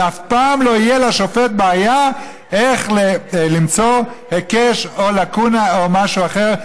אף פעם לא תהיה לשופט בעיה איך למצוא היקש או לקונה או משהו אחר,